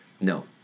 No